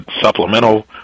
supplemental